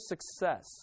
success